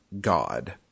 God